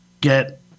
get